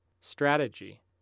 strategy